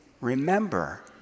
remember